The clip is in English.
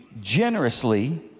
generously